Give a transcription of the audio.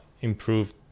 improved